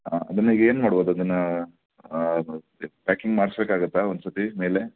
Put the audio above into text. ಹಾಂ ಅದನ್ನ ಈಗ ಏನು ಮಾಡ್ಬೋದು ಅದನ್ನ ಪ್ಯಾಕಿಂಗ್ ಮಾಡ್ಸ್ಬೇಕಾಗುತ್ತ ಒಂದ್ಸತಿ ಮೇಲೆ